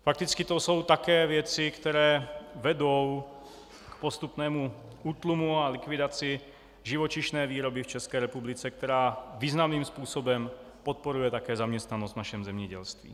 Fakticky to jsou také věci, které vedou k postupnému útlumu a likvidaci živočišné výroby v České republice, která významným způsobem podporuje také zaměstnanost v našem zemědělství.